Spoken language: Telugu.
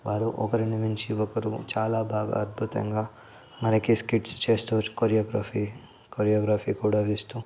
వారు ఒకరిని మించి ఒకరు చాలా బాగా అద్భుతంగా మనకి స్కిట్స్ చేస్తూ కొరియోగ్రఫీ కొరియోగ్రఫీ కూడా ఇష్టం